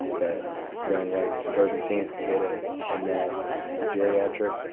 that young, white suburban teens could get it and that geriatric,